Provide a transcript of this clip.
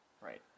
Right